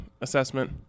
assessment